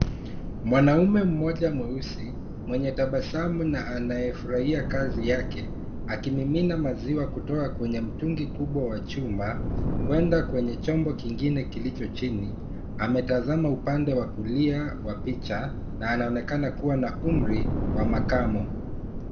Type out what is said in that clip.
Mwanaume mmoja mweusi mwenye tabasamu na anayefurahia kazi yake, akimimina maziwa kutoka kwenye mtungi kubwa wa chuma, kwenda kwenye chombo kingine kilicho chini, ametazama upande wa kulia wa picha na anaonekana kuwa na umri wa makamo.